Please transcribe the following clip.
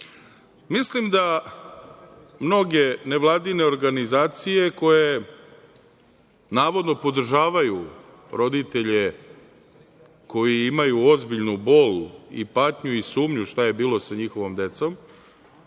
priča. Mislim da mnoge nevladine organizacije koje navodno podržavaju roditelje koji imaju ozbiljnu bol, patnju i sumnju šta je bilo sa njihovom decom,